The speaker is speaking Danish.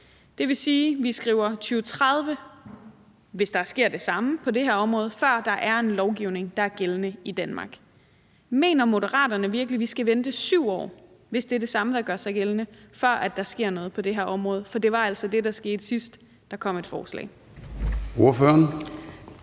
Det vil sige, at vi skriver 2030, hvis der sker det samme på det her område, før der er en lovgivning, der er gældende i Danmark. Mener Moderaterne virkelig, at vi skal vente i 7 år, hvis det er det samme, der gør sig gældende, før der sker noget på det her område? For det var altså det, der skete, sidst der kom et forslag. Kl.